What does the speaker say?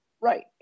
right